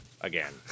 again